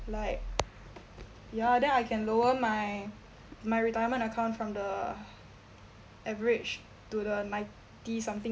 like ya then I can lower my my retirement account from the average to the ninety something